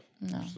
No